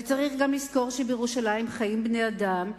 וצריך גם לזכור שבירושלים חיים בני-אדם,